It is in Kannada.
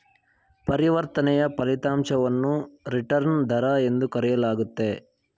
ಪರಿವರ್ತನೆಯ ಫಲಿತಾಂಶವನ್ನು ರಿಟರ್ನ್ ದರ ಎಂದು ಕರೆಯಲಾಗುತ್ತೆ